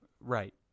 right